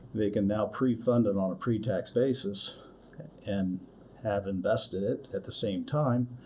they can now pre-fund it on a pretax basis and have invested it at the same time.